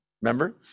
Remember